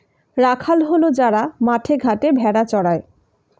রাখাল হল যারা মাঠে ঘাটে ভেড়া চড়ায়